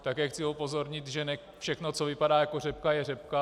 Také chci upozornit, že ne všechno, co vypadá jako řepka, je řepka.